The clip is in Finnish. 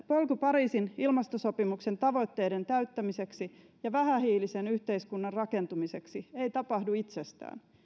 polku pariisin ilmastosopimuksen tavoitteiden täyttämiseksi ja vähähiilisen yhteiskunnan rakentumiseksi ei tapahdu itsestään